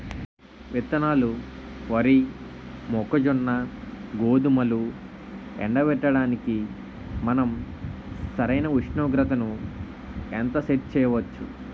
విత్తనాలు వరి, మొక్కజొన్న, గోధుమలు ఎండబెట్టడానికి మనం సరైన ఉష్ణోగ్రతను ఎంత సెట్ చేయవచ్చు?